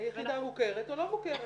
היחידה מוכרת או לא מוכרת.